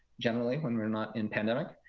generally, when we're not in pandemic.